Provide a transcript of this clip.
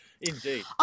Indeed